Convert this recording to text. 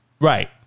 right